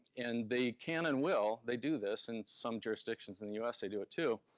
and they can and will, they do this. in some jurisdictions in the us, they do it too,